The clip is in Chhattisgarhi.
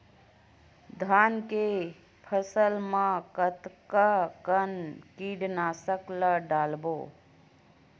धान के फसल मा कतका कन कीटनाशक ला डलबो?